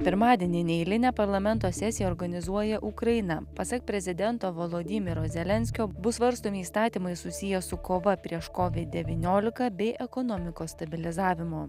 pirmadienį neeilinę parlamento sesiją organizuoja ukraina pasak prezidento volodymiro zelenskio bus svarstomi įstatymai susiję su kova prieš kovid devyniolika bei ekonomikos stabilizavimu